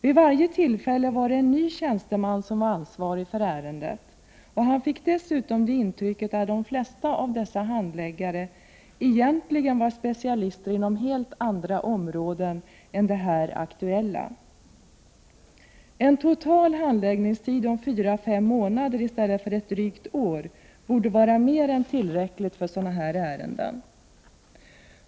Vid varje tillfälle var det en ny departementstjänsteman som var ansvarig för ärendet. SCA:s tjänsteman fick dessutom intrycket att de flesta av dessa handläggare egentligen var specialister inom helt andra områden än det här aktuella. En total handläggningstid på fyra fem månader i stället för drygt ett år borde vara mer än tillräckligt för sådana här ärenden.